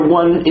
one